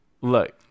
Look